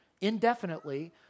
indefinitely